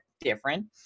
different